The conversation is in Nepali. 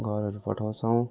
घरहरू पठाउँछौँ